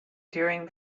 during